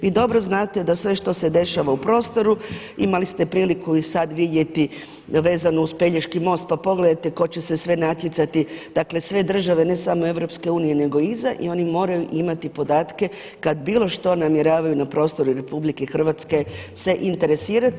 Vi dobro znate da sve što se dešava u prostoru, imali ste priliku i sad vidjeti vezano uz Pelješki most pa pogledajte ko će se sve natjecati, dakle sve države ne samo EU nego i izvan i oni moraju imati podatke kad bilo što namjeravaju na prostoru RH se interesirati.